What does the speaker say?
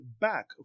back